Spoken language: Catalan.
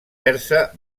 persa